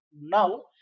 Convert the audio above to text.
Now